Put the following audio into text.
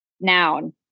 noun